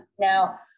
Now